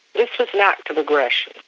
this was an act of aggression,